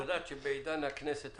את יודעת שבעידן הכנסת הנוכחית,